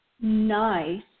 nice